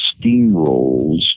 steamrolls